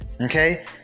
Okay